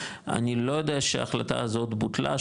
אני לא יודע שההחלטה הזאת בוטלה,